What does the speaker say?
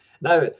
Now